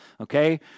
okay